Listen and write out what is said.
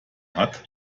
hat